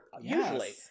Usually